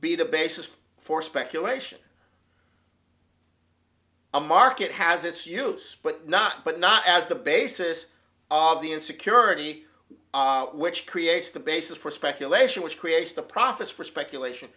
the basis for speculation a market has its use but not but not as the basis of the insecurity which creates the basis for speculation which creates the profits for speculation